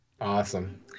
Awesome